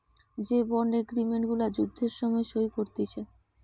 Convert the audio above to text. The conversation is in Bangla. যে বন্ড এগ্রিমেন্ট গুলা যুদ্ধের সময় সই করতিছে